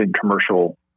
commercial